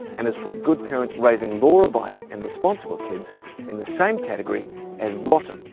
and it's put good parents raising law-abiding and responsible kids in the same category as rotten,